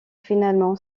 finalement